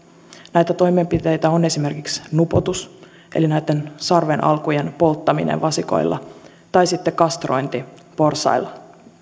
näitä toimenpiteitä ovat esimerkiksi nupoutus eli sarven alkujen polttaminen vasikoilla tai sitten kastrointi porsailla